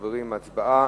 בבקשה, חברים, הצבעה